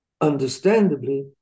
Understandably